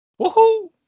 Woohoo